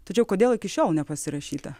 tačiau kodėl iki šiol nepasirašyta